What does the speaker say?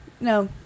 No